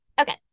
Okay